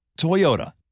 Toyota